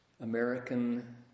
American